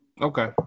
Okay